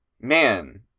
man